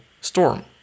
storm